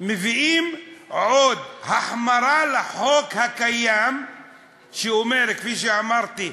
ומביאים עוד החמרה לחוק הקיים שאומרת, כפי שאמרתי,